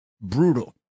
brutal